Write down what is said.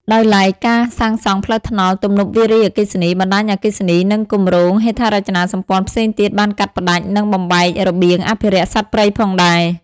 ដោយឡែកការសាងសង់ផ្លូវថ្នល់ ទំនប់វារីអគ្គិសនី បណ្តាញអគ្គិសនី និងគម្រោងហេដ្ឋារចនាសម្ព័ន្ធផ្សេងទៀតបានកាត់ផ្តាច់ និងបំបែករបៀងអភិរក្សសត្វព្រៃផងដែរ។